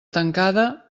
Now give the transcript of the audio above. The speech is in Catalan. tancada